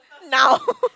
now